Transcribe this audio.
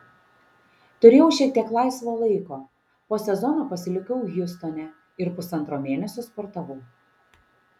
turėjau šiek tiek laisvo laiko po sezono pasilikau hjustone ir pusantro mėnesio sportavau